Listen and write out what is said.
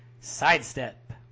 sidestep